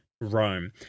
Rome